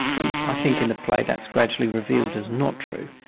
and i think in the play that's gradually revealed as not true.